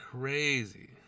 Crazy